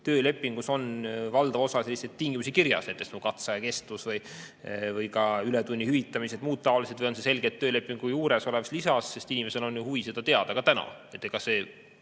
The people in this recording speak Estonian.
töölepingus on valdav osa tingimusi kirjas, nagu katseaja kestus, ületundide hüvitamine ja muu taoline, või on see selgelt töölepingu juures olevas lisas, sest inimesel on ju huvi seda teada ka täna.